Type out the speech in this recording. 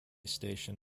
station